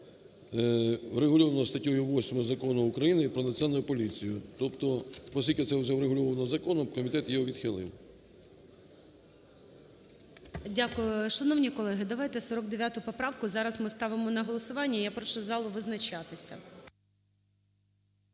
врегульовано статтею 8 Закону України "Про національну поліцію". Тобто, оскільки це вже врегульовано законом, комітет її відхилив. ГОЛОВУЮЧИЙ. Дякую. Шановні колеги, давайте, 49 поправку зараз ми ставимо на голосування. І я прошу зал визначатися.